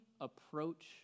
approach